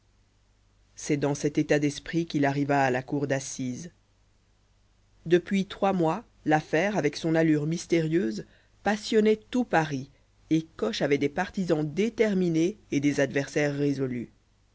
c'est dans cet état d'esprit qu'il arriva à la cour d'assises depuis trois mois l'affaire avec son allure mystérieuse passionnait tout paris et coche avait des partisans déterminés et des adversaires résolus